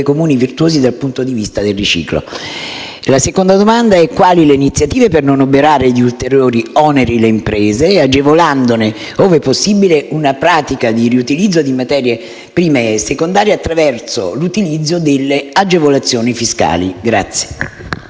Comuni virtuosi dal punto di vista del riciclo. Vorrei inoltre sapere quali sono le iniziative per non oberare di ulteriori oneri le imprese, agevolandone, ove possibile, una pratica di riutilizzo di materie prime secondarie attraverso l'utilizzo delle agevolazioni fiscali.